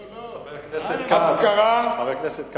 לא, לא, חבר הכנסת כץ.